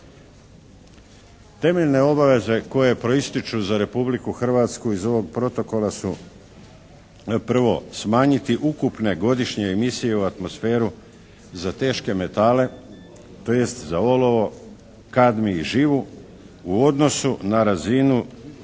Temeljne obaveze koje proističu za Republiku Hrvatsku iz ovog protokola su prvo – smanjiti ukupne godišnje emisije u atmosferu za teške metale, tj. za olovo, kadmij i živu u odnosu na razinu